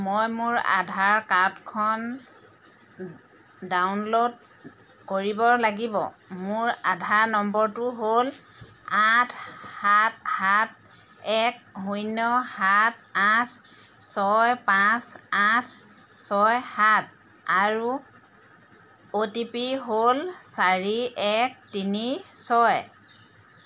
মই মোৰ আধাৰ কাৰ্ডখন ডাউনল'ড কৰিব লাগিব মোৰ আধাৰ নম্বৰটো হ'ল আঠ সাত সাত এক শূন্য সাত আঠ ছয় পাঁচ আঠ ছয় সাত আৰু অ' টি পি হ'ল চাৰি এক তিনি ছয়